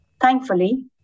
thankfully